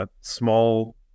Small